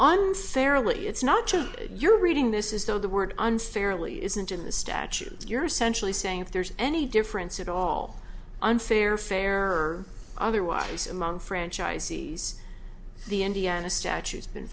unfairly it's not true you're reading this is though the word unfairly isn't in the statute you're essentially saying if there's any difference at all unfair fair or otherwise among franchisees the indiana statutes been